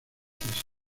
francesa